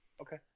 okay